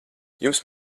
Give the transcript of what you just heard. jums